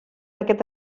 aquest